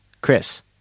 chris